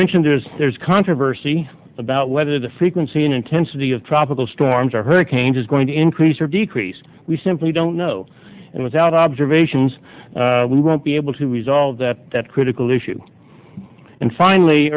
mentioned there's there's controversy about whether the frequency and intensity of tropical storms or hurricanes is going to increase or decrease we simply don't know and without observations we won't be able to resolve that that critical issue and finally